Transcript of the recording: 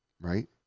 Right